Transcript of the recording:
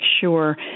sure